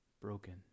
broken